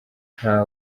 nta